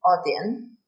audience